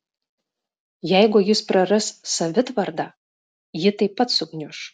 jeigu jis praras savitvardą ji taip pat sugniuš